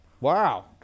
Wow